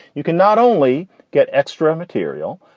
you can not only get extra material,